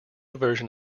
version